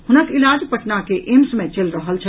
हुनक इलाज पटना के एम्स मे चलि रहल छल